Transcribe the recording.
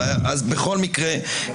בכל מקרה,